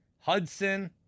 hudson